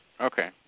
Okay